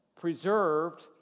preserved